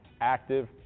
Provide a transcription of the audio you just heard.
active